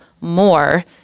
more